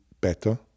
better